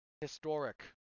historic